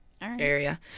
area